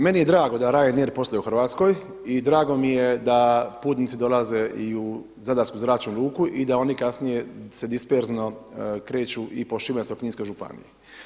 Meni je drago da Ryanair posluje u Hrvatskoj i drago mi je da putnici dolaze i u Zadarsku zračnu luku i da oni kasnije se disperzno kreću i po Šibensko-kninskoj županiji.